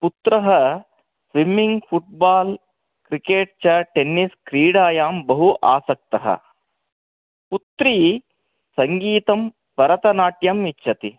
पुत्र swimming football cricket च tennis क्रीडायां बहु आसक्त पुत्री सङ्गीतं भरतनाट्यम् इच्छति